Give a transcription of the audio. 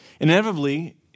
Inevitably